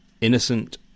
Innocent